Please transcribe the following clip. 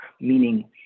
meaning